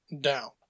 down